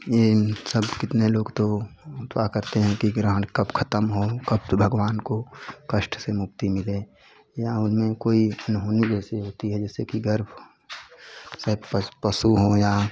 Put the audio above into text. यह इन सब कितने लोग तो अथवा करते हैं कि ग्रहण कब ख़त्म हो कब भगवान को कष्ट से मुक्ति मिले या उनमें कोई अनहोनी जैसे होती है जैसे कि गर्भ चाहे पस पशु हों या